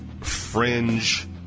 fringe